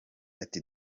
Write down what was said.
ati